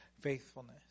faithfulness